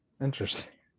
Interesting